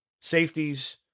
safeties